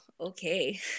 Okay